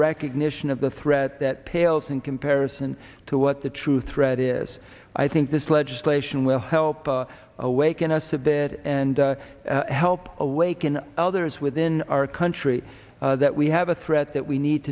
recognition of the threat that pales in comparison to what the true threat is i think this legislation will help awaken us a bit and help awaken others within our country that we have a threat that we need